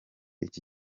iki